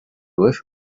with